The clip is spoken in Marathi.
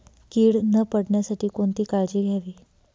कीड न पडण्यासाठी कोणती काळजी घ्यावी?